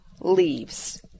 leaves